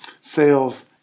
sales